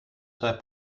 zwei